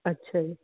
ਅੱਛਾ ਜੀ